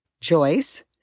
Joyce